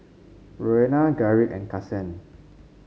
Roena Garrick and Kasen